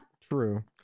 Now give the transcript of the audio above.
True